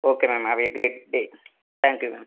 okay ma'am have a great day thank you ma'am